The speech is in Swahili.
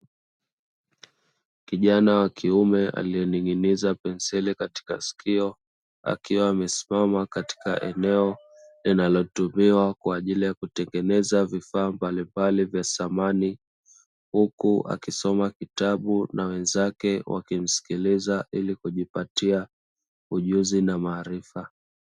Kijana wa kiume alining'iniza penseli katika sikio, akiwa amesimama katika eneo linatumiwa kwaajili kutengenezwa vifaa mbalimbali vya samani. Huku akisoma kitabu na wenzake wakimsikiliza ili kujipatia ujuzi na maarifa.